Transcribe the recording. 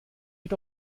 mit